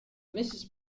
mrs